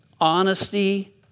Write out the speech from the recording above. Honesty